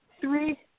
three